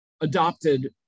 adopted